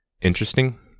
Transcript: interesting